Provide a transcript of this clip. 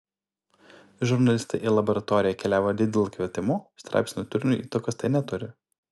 žurnalistai į laboratoriją keliavo lidl kvietimu straipsnio turiniui įtakos tai neturi